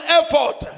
effort